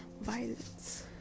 Violence